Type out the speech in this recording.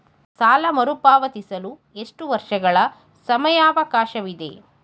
ಸಾಲ ಮರುಪಾವತಿಸಲು ಎಷ್ಟು ವರ್ಷಗಳ ಸಮಯಾವಕಾಶವಿದೆ?